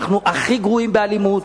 אנחנו הכי גרועים באלימות,